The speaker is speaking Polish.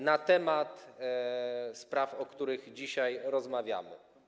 na temat spraw, o których dzisiaj rozmawiamy.